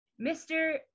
Mr